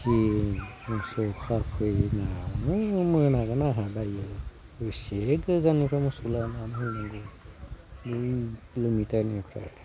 इथिं मोसौ खाफैनानै मोनागोन आंहा दायो बेसे गोजाननिफ्राय मोसौ लायनो थांनांगौ नै किल'मिटारनि बारा